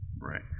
Right